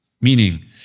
Meaning